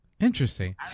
Interesting